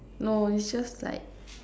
no it's just like